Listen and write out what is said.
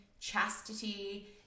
chastity